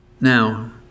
Now